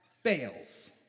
fails